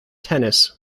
tennis